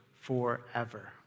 forever